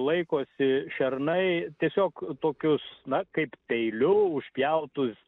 laikosi šernai tiesiog tokius na kaip peiliu užpjautus